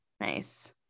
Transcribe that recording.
Nice